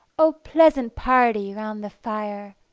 o pleasant party round the fire!